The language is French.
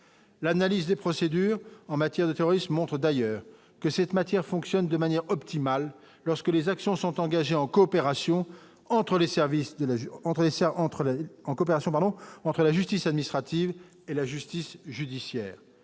L'analyse des procédures en matière de terrorisme montre d'ailleurs que cette matière fonctionne de manière optimale lorsque les actions sont engagées en coopération entre les services de la entretien